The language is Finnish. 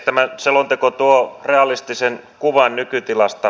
tämä selonteko luo realistisen kuvan nykytilasta